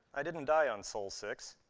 i didn't die on sol six.